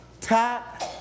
Tap